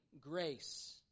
grace